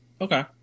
Okay